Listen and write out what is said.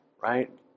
right